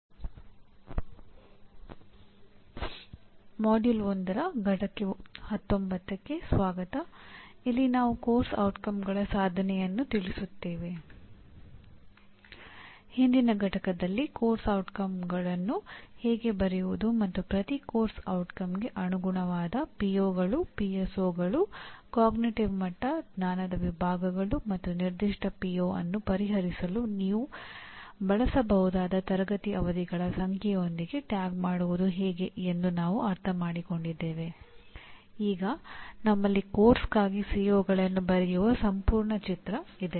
ಹಿಂದಿನ ಪಠ್ಯದಲ್ಲಿ ಪಠ್ಯಕ್ರಮದ ಪರಿಣಾಮಗಳನ್ನು ಹೇಗೆ ಬರೆಯುವುದು ಮತ್ತು ಪ್ರತಿ ಪಠ್ಯಕ್ರಮದ ಪರಿಣಾಮಕ್ಕೆ ಅನುಗುಣವಾದ ಪಿಒಗಳು ಬರೆಯುವ ಸಂಪೂರ್ಣ ಚಿತ್ರ ಇದೆ